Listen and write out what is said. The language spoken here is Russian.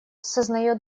сознает